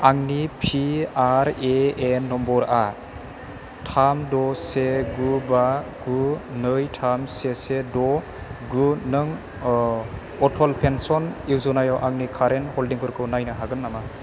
आंनि P R A N नम्बरआ थाम द से गु बा गु नै थाम से से द गु नों अटल पेन्सन य'जनायाव आंनि कारेन्ट हल्डिंफोरखौ नायनो हागोन नामा